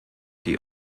die